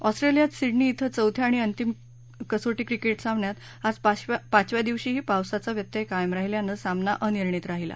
ऑस्ट्रेलियात सिडनी इथं चौथ्या आणि अंतिम कसोटी क्रिकेट सामन्यात आज पाचव्या दिवशीही पावसाचा व्यत्यय कायम राहिल्यानं सामना अनिर्णित राहिला